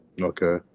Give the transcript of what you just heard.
okay